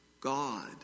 God